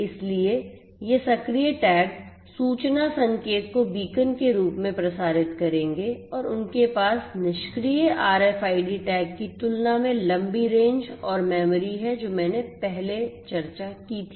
इसलिए ये सक्रिय टैग सूचना संकेत को बीकन के रूप में प्रसारित करेंगे और उनके पास निष्क्रिय आरएफआईडी टैग की तुलना में लंबी रेंज और मेमोरी है जो मैंने पहले चर्चा की थी